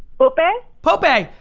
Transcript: poupee. poupee,